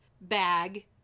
bag